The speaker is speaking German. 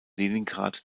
leningrad